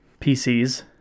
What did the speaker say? PCs